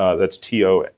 ah that's t o,